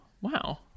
wow